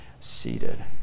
seated